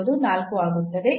ಎಂಬುದು 4 ಆಗುತ್ತದೆ